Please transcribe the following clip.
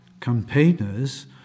Campaigners